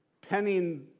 penning